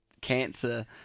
cancer